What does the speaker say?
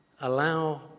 allow